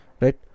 right